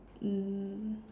mm